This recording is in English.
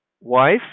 wife